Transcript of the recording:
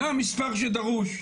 זה המספר שדרוש.